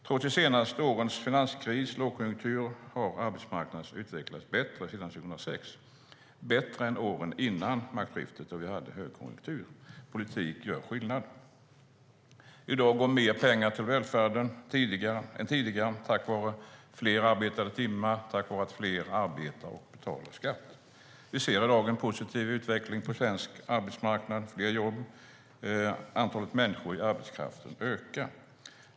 Trots de senaste årens finanskris och lågkonjunktur har arbetsmarknaden utvecklats bättre sedan 2006 - bättre än åren före maktskiftet då vi hade högkonjunktur. Politik gör skillnad. I dag går mer pengar till välfärden än tidigare tack vare fler arbetade timmar och tack vare att fler arbetar och betalar skatt. Vi ser i dag en positiv utveckling på svensk arbetsmarknad. Det finns fler jobb, och antalet människor i arbetskraften ökar.